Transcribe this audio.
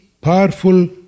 powerful